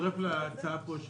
מצטרף להצעה של